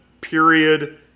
period